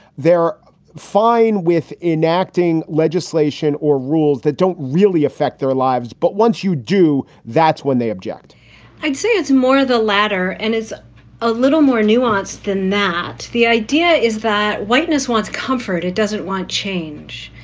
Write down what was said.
they're fine with enacting legislation or rules that don't really affect their lives. but once you do, that's when they object i'd say it's more of the latter and a ah little more nuanced than that. the idea is that whiteness wants comfort. it doesn't want change.